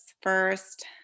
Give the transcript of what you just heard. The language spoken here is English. first